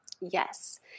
Yes